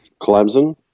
Clemson